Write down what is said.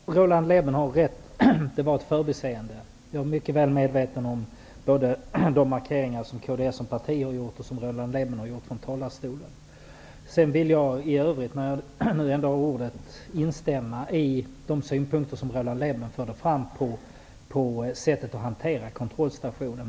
Herr talman! Roland Lében har rätt. Det var ett förbiseende. Jag är mycket väl medveten om både de markeringar som kds som parti har gjort och de som Roland Lében har gjort från talarstolen. När jag ändå har ordet vill jag instämma i de synpunkter som Roland Lében förde fram vad gäller sättet att hantera kontrollstationen.